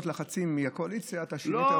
ובעקבות לחצים מהקואליציה אתה שינית אותה.